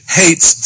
hates